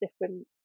different